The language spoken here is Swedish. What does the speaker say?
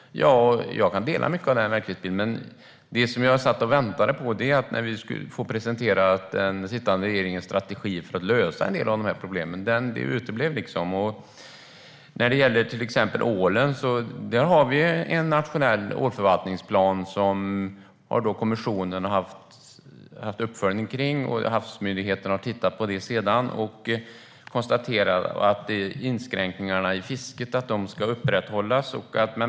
Jag kan dela mycket av den verklighetsbilden. Men jag satt och väntade på att få presenterad den sittande regeringens strategi för att lösa en del av de här problemen. Det uteblev. När det gäller till exempel ålen har vi en nationell ålförvaltningsplan som kommissionen har haft en uppföljning av. Havsmyndigheten har sedan tittat på det och konstaterat att inskränkningarna i fisket ska upprätthållas.